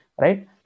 right